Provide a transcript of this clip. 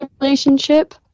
relationship